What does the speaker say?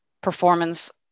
performance